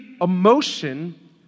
emotion